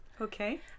Okay